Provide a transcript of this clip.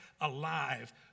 alive